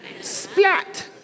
Splat